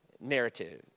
narrative